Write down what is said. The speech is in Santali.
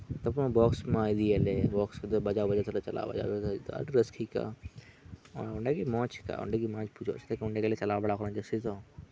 ᱵᱚᱠᱥ ᱢᱟ ᱤᱫᱤᱭᱮᱫ ᱞᱮ ᱵᱚᱠᱥ ᱫᱚ ᱵᱟᱡᱟᱣᱼᱵᱟᱡᱟᱣ ᱛᱮᱞᱮ ᱪᱟᱞᱟᱜᱼᱟ ᱟᱹᱰᱤ ᱨᱟᱹᱥᱠᱟᱹ ᱟᱹᱭᱠᱟᱹᱜᱼᱟ ᱚᱸᱰᱮ ᱜᱮ ᱢᱚᱸᱡ ᱟᱹᱭᱠᱟᱹᱜᱼᱟ ᱪᱮᱫᱟᱜ ᱥᱮ ᱚᱸᱰᱮ ᱜᱮᱞᱮ ᱪᱟᱞᱟᱣ ᱵᱟᱲᱟ ᱟᱠᱟᱱᱟ ᱡᱟᱹᱥᱛᱤ ᱫᱚ